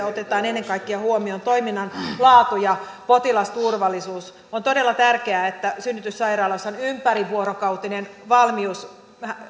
otetaan ennen kaikkea huomioon toiminnan laatu ja potilasturvallisuus on todella tärkeää että synnytyssairaaloissa on ympärivuorokautinen valmius